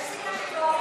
אז אתה לא מתכוון,